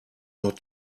not